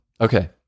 okay